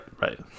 right